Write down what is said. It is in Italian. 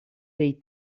dei